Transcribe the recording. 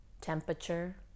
temperature